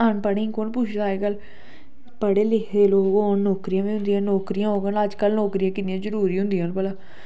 अनपढ़ें गी कुन पुछदा अजकल पढ़े लिखे दे लोक होन नौकरियां के जि'यां नौकरियां होङन अजकल नौकरियां किन्नियां जरूरी होंदियां न भला